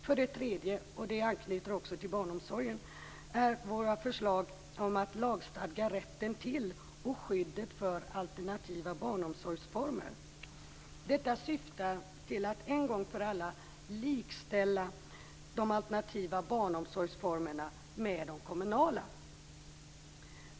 För det tredje, och det anknyter till barnomsorgen, har vi förslag om att lagstadga rätten till och skyddet för alternativa barnomsorgsformer. Detta syftar till att en gång för alla likställa de alternativa barnomsorgsformerna med de kommunala.